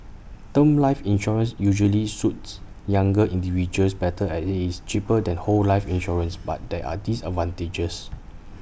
term life insurance usually suits younger individuals better as IT is cheaper than whole life insurance but there are disadvantages